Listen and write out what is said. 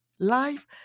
life